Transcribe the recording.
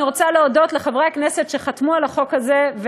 אני רוצה להודות לחברי הכנסת שחתמו על החוק הזה,